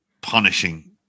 punishing